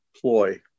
ploy